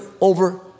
over